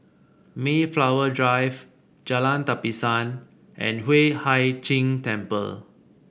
Mayflower Drive Jalan Tapisan and Hueh Hai Ching Temple